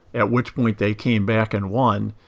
at which point they came back and won.